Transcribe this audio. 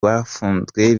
bafunzwe